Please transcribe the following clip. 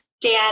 Dan